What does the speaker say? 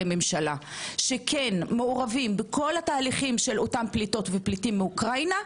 הממשלה שמעורבים בתהליכים של אותם פליטים מאוקראינה.